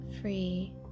free